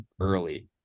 early